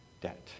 debt